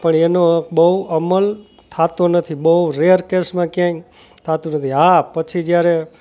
પણ એનો બહુ અમલ થતો નથી બહુ રેર કેસમાં ક્યાંય થતું નથી હા પછી જ્યારે